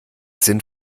sinn